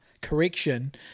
correction